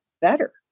better